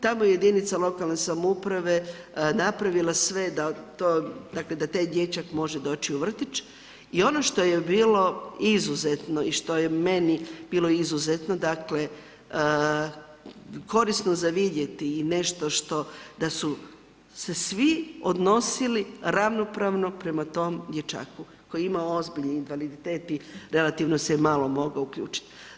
Tamo je jedinica lokalne samouprave napravila sve da taj dječak može doći u vrtić i ono što je bilo izuzetno i što je meni bilo izuzetno, korisno za vidjeti i nešto što, da su se svi odnosili ravnopravno prema tom dječaku koji je imao ozbiljni invaliditet i relativno se malo mogao uključit.